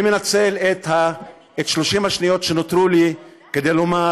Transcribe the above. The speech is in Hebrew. אני מנצל את 30 השניות שנותרו לי כדי לומר,